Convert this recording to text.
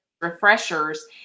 refreshers